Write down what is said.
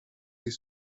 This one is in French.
les